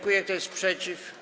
Kto jest przeciw?